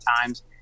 times